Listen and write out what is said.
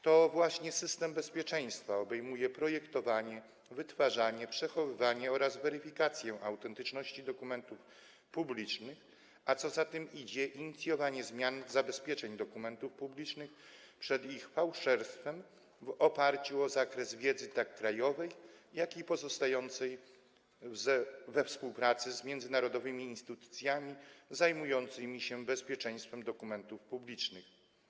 To właśnie system bezpieczeństwa obejmuje projektowanie, wytwarzanie, przechowywanie oraz weryfikację autentyczności dokumentów publicznych, a co za tym idzie, inicjowanie zmian zabezpieczeń dokumentów publicznych przed ich fałszerstwem w oparciu o zakres wiedzy zarówno krajowej, jak i wynikającej ze współpracy z międzynarodowymi instytucjami zajmującymi się bezpieczeństwem dokumentów publicznych.